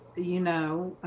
you know,